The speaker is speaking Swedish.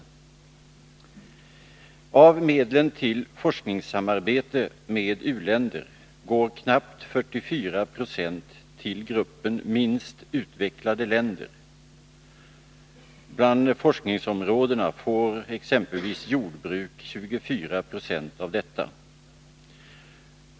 bete MM: Av medlen till forskningssamarbete med u-länder går knappt 44 9 till gruppen minst utvecklade länder. Bland forskningsområdena får exempelvis jordbruk 24 2.